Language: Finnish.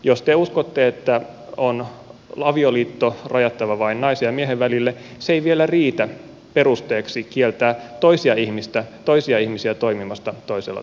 jos te uskotte että avioliitto on rajattava vain naisen ja miehen välille se ei vielä riitä perusteeksi kieltää toisia ihmisiä toimimasta toisella tavalla